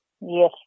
Yes